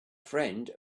friend